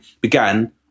began